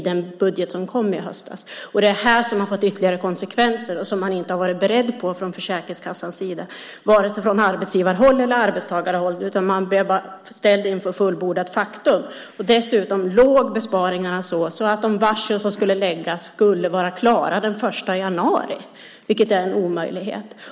Detta har fått flera konsekvenser som man från Försäkringskassans sida inte har varit beredd på, varken från arbetsgivar eller arbetstagarhåll, utan man blev ställd inför fullbordat faktum. Dessutom låg besparingarna så att de varsel som skulle läggas skulle vara klara den 1 januari, vilket var en omöjlighet.